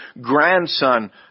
grandson